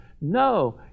No